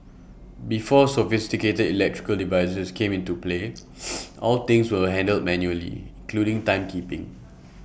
before sophisticated electrical devices came into play all things were handled manually including timekeeping